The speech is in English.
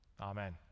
Amen